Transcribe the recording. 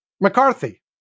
McCarthy